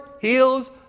heals